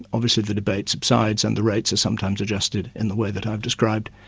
obviously the debate subsides and the rates are sometimes adjusted in the way that i've described,